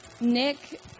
Nick